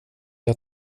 jag